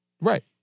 Right